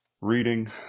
reading